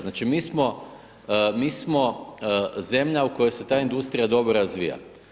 Znači mi smo zemlja u kojoj se ta industrija dobro razvija.